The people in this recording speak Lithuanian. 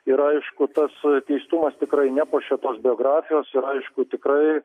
ir aišku tas teistumas tikrai nepuošia tos biografijos ir aišku tikrai